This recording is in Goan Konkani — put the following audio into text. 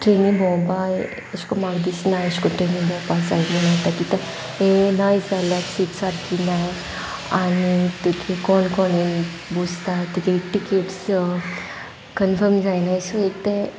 ट्रेनी भोंवपाय अशक करून म्हाका दिसनाय अशकन्न ट्रेनीन भोंवपा जाय म्हण येता कितें हें नाय जाल्यार सीट्स सारकी नाय आनी तगे कोण कोण बसता तेगे टिकेट्स कन्फम जायनाय सो एक ते